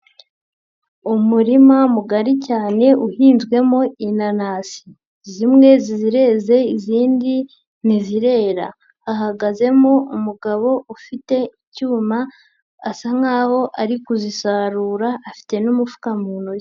Umurima mugari cyane uhinzwemo inanasi, zimwe zireze izindi ntizirera. Hahagazemo umugabo ufite icyuma asa nkaho ari kuzisarura afite n'umufuka mu ntoki.